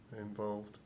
involved